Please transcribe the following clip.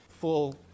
full